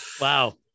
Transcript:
wow